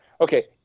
Okay